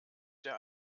der